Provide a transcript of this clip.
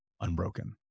unbroken